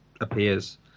appears